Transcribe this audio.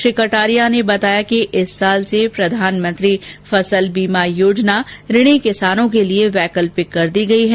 श्री कटारिया ने बताया कि इस वर्ष से प्रधानमंत्री फसल बीमा योजना ऋणी किसानों के लिए वैकल्पिक कर दी गयी है